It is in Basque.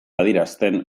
adierazten